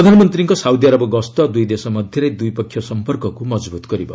ପ୍ରଧାନମନ୍ତ୍ରୀଙ୍କ Saudi Arab ଗସ୍ତ ଦୂଇ ଦେଶ ମଧ୍ୟରେ ଦ୍ୱିପକ୍ଷୀୟ ସମ୍ପର୍କକୃ ମଜବୃତ୍ କରିବ